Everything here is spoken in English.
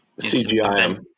cgi